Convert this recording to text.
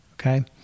Okay